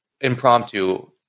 impromptu